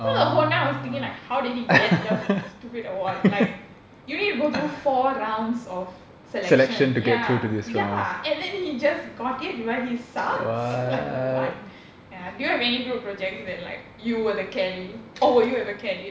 so the whole night I was thinking like how did get the stupid award like you need to go through four rounds of selection ya ya and then he just got it but he sucks like what ya do you have any group projects that like you were the carry or were you ever carried